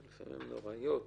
שלפעמים הן נוראיות.